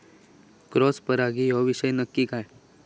Cross परागी ह्यो विषय नक्की काय?